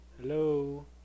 Hello